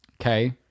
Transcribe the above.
okay